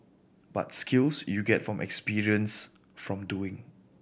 but skills you get from experience from doing